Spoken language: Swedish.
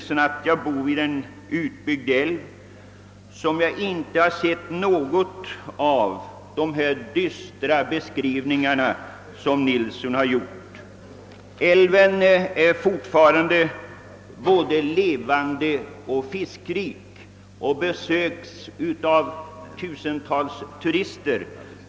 Jag bor vid en utbyggd älv, som inte sett något av de dystra beskrivningår som herr Nilsson i Agnäs lämnar. Älven är fortfarande både levande och fiskrik. Den besöks av tusentals turister.